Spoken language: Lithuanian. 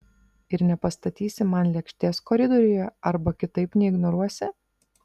ir nepastatysi man lėkštės koridoriuje arba kitaip neignoruosi